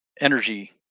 energy